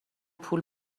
پول